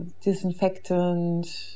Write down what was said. disinfectant